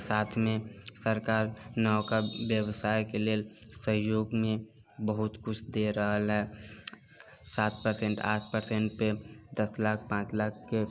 साथ मे सरकार नबका व्यवसाय के लेल सहयोग मे बहुत किछु दे रहल है सात पर्सेंट आठ पर्सेंट पे दस लाख पाँच लाख के